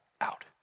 out